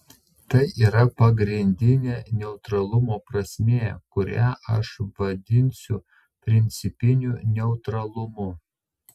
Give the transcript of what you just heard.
tai yra pagrindinė neutralumo prasmė kurią aš vadinsiu principiniu neutralumu